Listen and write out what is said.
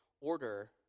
order